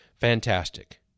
Fantastic